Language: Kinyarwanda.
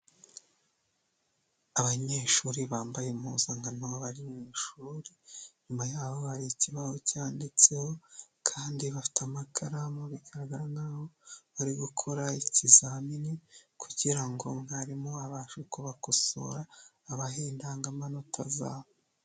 Abanyeshuri bambaye impuzankano bari mu ishuri, inyuma yaho hari ikibaho cyanditseho kandi bafite amakaramu bigaragara nk'aho bari gukora ikizamini kugirango mwarimu abashe kubakosora abahe indangamanota zabo.